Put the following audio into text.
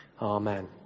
Amen